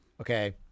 Okay